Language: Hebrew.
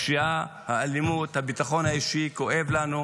הפשיעה, האלימות, הביטחון האישי, כואב לנו.